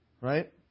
Right